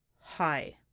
Hi